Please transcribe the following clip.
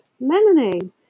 lemonade